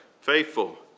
faithful